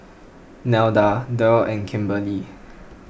Nelda Derl and Kimberely